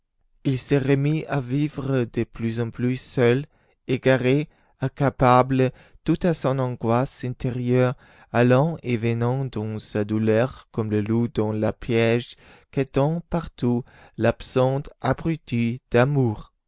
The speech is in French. il se remit à vivre de plus en plus seul égaré accablé tout à son angoisse intérieure allant et venant dans sa douleur comme le loup dans le piège quêtant partout l'absente abruti d'amour